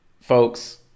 folks